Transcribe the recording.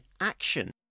action